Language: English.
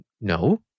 No